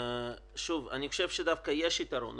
אני חושב שדווקא יש יתרון.